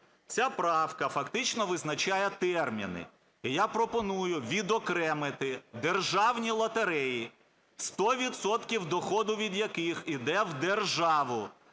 ця правка фактично визначає терміни. І я пропоную відокремити державні лотереї, 100 відсотків доходу від яких іде в державу,